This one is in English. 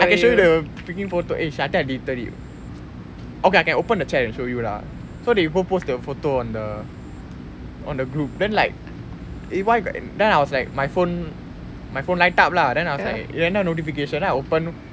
I can show you the freaking photo eh shit I think I deleted it okay I can open the chat and show you lah so they go post the photo on the on the group then like eh why got then I was like my phone my phone light up lah then I was like என்ன:enna notification then I open